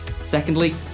Secondly